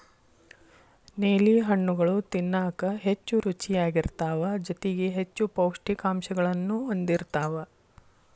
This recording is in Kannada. ನೇಲಿ ಹಣ್ಣುಗಳು ತಿನ್ನಾಕ ಹೆಚ್ಚು ರುಚಿಯಾಗಿರ್ತಾವ ಜೊತೆಗಿ ಹೆಚ್ಚು ಪೌಷ್ಠಿಕಾಂಶಗಳನ್ನೂ ಹೊಂದಿರ್ತಾವ